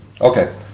okay